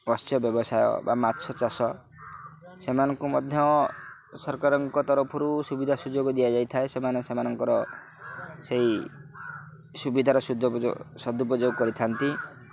ମତ୍ସ୍ୟ ବ୍ୟବସାୟ ବା ମାଛ ଚାଷ ସେମାନଙ୍କୁ ମଧ୍ୟ ସରକାରଙ୍କ ତରଫରୁ ସୁବିଧା ସୁଯୋଗ ଦିଆଯାଇଥାଏ ସେମାନେ ସେମାନଙ୍କର ସେଇ ସୁବିଧାର ସଦୁପଯୋଗ କରିଥାନ୍ତି